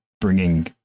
bringing